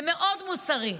זה מאוד מוסרי,